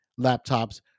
laptops